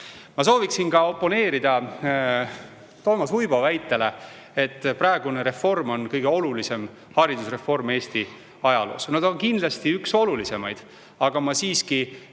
ma soovin oponeerida Toomas Uibo väitele, et praegune reform on kõige olulisem haridusreform Eesti ajaloos. No see on kindlasti üks olulisimaid, aga ma siiski